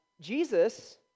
Jesus